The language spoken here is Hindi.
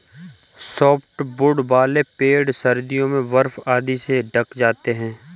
सॉफ्टवुड वाले पेड़ सर्दियों में बर्फ आदि से ढँक जाते हैं